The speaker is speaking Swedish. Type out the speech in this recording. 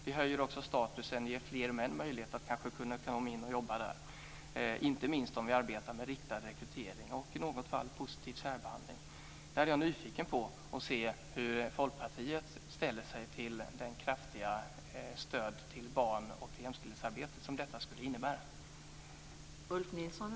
Vi höjer också statusen och ger fler män möjlighet att kanske kunna komma in och jobba där, inte minst om vi arbetar med riktad rekrytering och i något fall positiv särbehandling. I fråga om detta är jag nyfiken på hur Folkpartiet ställer sig till det kraftiga stödet till barn och jämställdhetsarbetet som detta skulle innebära.